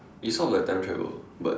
it's sort of like time travel but